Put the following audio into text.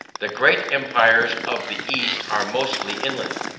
the great empires of the east are mostly inland,